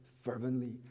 fervently